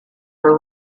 were